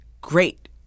great